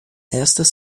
estas